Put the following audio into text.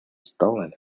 stolen